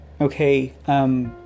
Okay